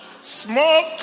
smoke